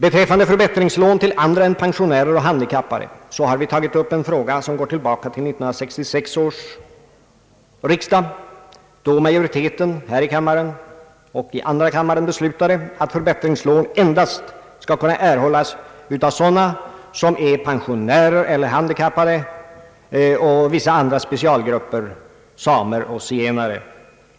Beträffande förbättringslån till andra än pensionärer och handikappade har vi tagit upp en fråga som behandlades redan vid 1966 års riksdag, då majoriteten här i kammaren och i andra kammaren beslöt att förbättringslån endast skulle tillkomma pensionärer, handikappade och vissa andra specialgrupper, t.ex. samer och zigenare.